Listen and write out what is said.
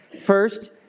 First